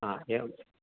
आ एवम्